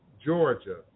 Georgia